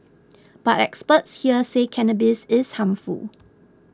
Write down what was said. but experts here say cannabis is harmful